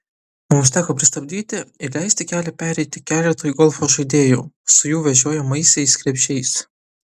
mums teko pristabdyti ir leisti kelią pereiti keletui golfo žaidėjų su jų vežiojamaisiais krepšiais